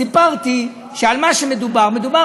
סיפרתי במה מדובר, מדובר